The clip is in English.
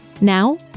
Now